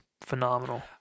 phenomenal